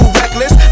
reckless